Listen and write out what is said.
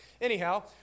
Anyhow